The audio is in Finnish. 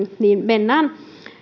mennään